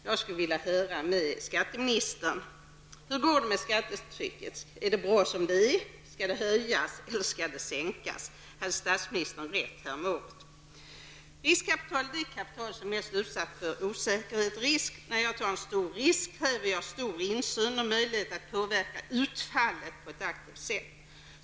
Jag skulle vilja höra vad skatteministern har att säga om skattetrycket. Är det bra som det är? Skall det höjas, eller skall det sänkas? Hade statsministern rätt häromåret? Riskkapital är det kapital som är mest utsatt för osäkerhet och risk. När jag tar en stor risk, kräver jag stor insyn och möjligheter att påverka utfallet på ett aktivt sätt.